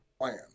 Plan